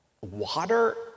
water